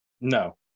No